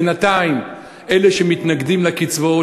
בינתיים אלה שמתנגדים לקצבאות,